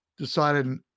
decided